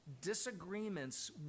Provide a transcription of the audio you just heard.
disagreements